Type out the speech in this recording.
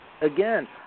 Again